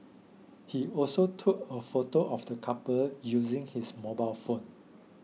he also took a photo of the couple using his mobile phone